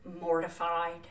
mortified